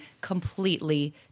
completely